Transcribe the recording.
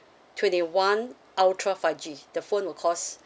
twenty one ultra five G the phone will cost